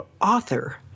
author